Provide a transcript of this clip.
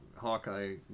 hawkeye